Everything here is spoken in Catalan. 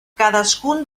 cadascun